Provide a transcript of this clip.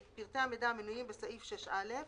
את פרטי המידע המנויים בסעיף 6(א),